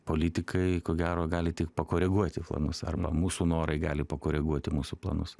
politikai ko gero gali tik pakoreguoti planus arba mūsų norai gali pakoreguoti mūsų planus